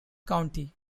county